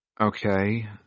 Okay